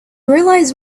realize